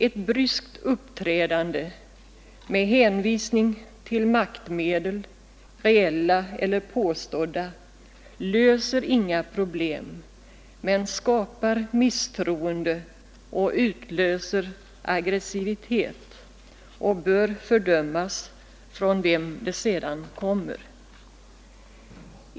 Ett bryskt uppträdande med hänvisning till maktmedel — reella eller påstådda — löser inga problem men skapar misstroende och utlöser aggresivitet, och bör fördömas från vem det än kommer.